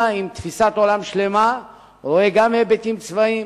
עם תפיסת עולם שלמה ורואה גם היבטים צבאיים